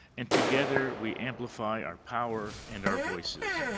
and together we amplify our power and our voices.